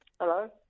Hello